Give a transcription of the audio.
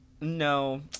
No